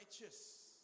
righteous